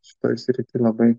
šioj srity labai